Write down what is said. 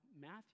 Matthew